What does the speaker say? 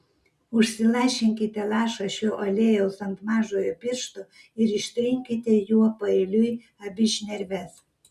užsilašinkite lašą šio aliejaus ant mažojo piršto ir ištrinkite juo paeiliui abi šnerves